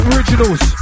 Originals